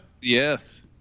Yes